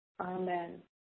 Amen